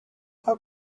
how